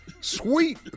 Sweet